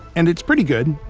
and it's pretty good,